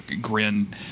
Grin